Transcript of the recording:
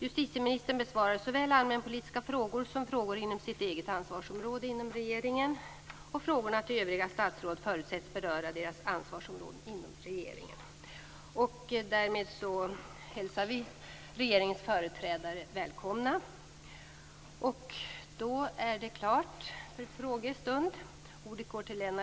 Justitieministern besvarar såväl allmänpolitiska frågor som frågor inom sitt eget ansvarsområde inom regeringen, och frågorna till övriga statsråd förutsätts beröra deras ansvarsområde inom regeringen. Därmed hälsar vi regeringens företrädare välkomna.